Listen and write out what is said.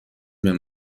بهم